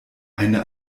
eine